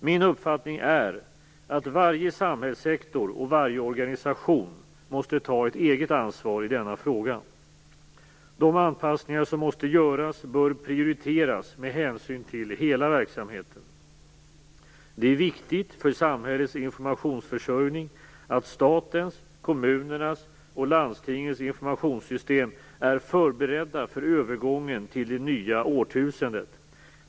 Min uppfattning är att varje samhällssektor och varje organisation måste ta ett eget ansvar i denna fråga. De anpassningar som måste göras bör prioriteras med hänsyn till hela verksamheten. Det är viktigt för samhällets informationsförsörjning att statens, kommunernas och landstingens informationssystem är förberedda för övergången till det nya årtusendet.